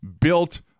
built